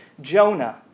Jonah